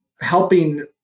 helping